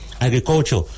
Agriculture